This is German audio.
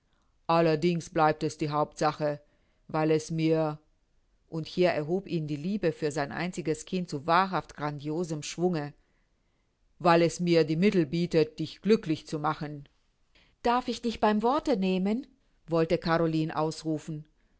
allerdings bleibt es die hauptsache weil es mir und hier erhob ihn die liebe für sein einziges kind zu wahrhaft grandiosem schwunge weil es mir die mittel bietet dich glücklich zu machen darf ich dich beim worte nehmen wollte caroline ausrufen